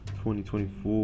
2024